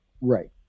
Right